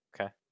Okay